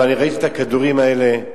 אבל ראיתי את הכדורים האלה.